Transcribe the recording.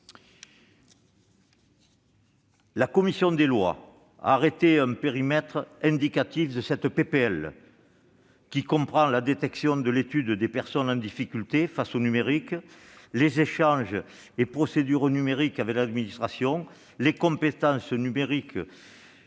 La commission des lois a arrêté un périmètre indicatif pour cette proposition de loi. Celui-ci comprend la détection et l'étude des personnes en difficulté face au numérique, les échanges et procédures numériques avec l'administration, les compétences numériques